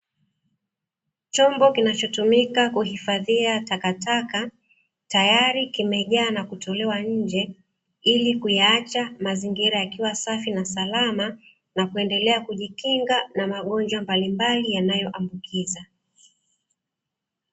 Chombo kinachotumika kuhifadhia takataka tayari kimejaa na kutolewa nje ili kuyaacha mazingira yakiwa safi na salama, na kuendelea kujikinga na magonjwa mbalimbali yanayoambukizwa.